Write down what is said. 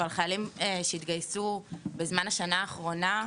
אבל חיילים שהתגייסו בזמן השנה האחרונה,